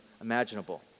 imaginable